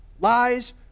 Lies